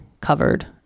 covered